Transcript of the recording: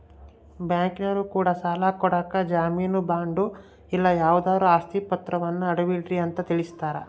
ಬ್ಯಾಂಕಿನರೊ ಕೂಡ ಸಾಲ ಕೊಡಕ ಜಾಮೀನು ಬಾಂಡು ಇಲ್ಲ ಯಾವುದಾದ್ರು ಆಸ್ತಿ ಪಾತ್ರವನ್ನ ಅಡವಿಡ್ರಿ ಅಂತ ತಿಳಿಸ್ತಾರ